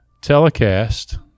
telecast